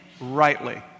rightly